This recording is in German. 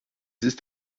ist